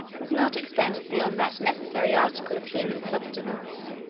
was not extended beyond that necessary article of human subsistence